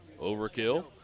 Overkill